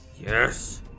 Yes